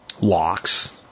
locks